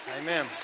Amen